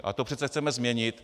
A to přece chceme změnit.